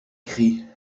cris